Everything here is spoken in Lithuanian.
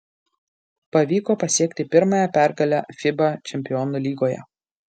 pavyko pasiekti pirmąją pergalę fiba čempionų lygoje